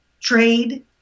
trade